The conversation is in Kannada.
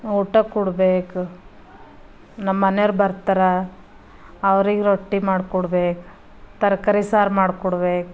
ಊಟ ಕೊಡ್ಬೇಕು ನಮ್ಮ ಮನೆಯವ್ರು ಬರ್ತರಾ ಅವ್ರಿಗೆ ರೊಟ್ಟಿ ಮಾಡ್ಕೊಡ್ಬೇಕು ತರಕಾರಿ ಸಾರು ಮಾಡ್ಕೊಡ್ಬೇಕು